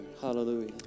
Hallelujah